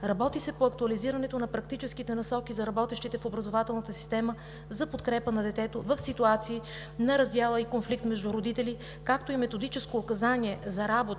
Работи се по актуализирането на практическите насоки за работещите в образователната система за подкрепа на детето в ситуации на раздяла и конфликт между родители, както и методическо указание за работа